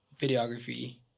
videography